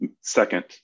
second